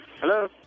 Hello